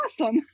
awesome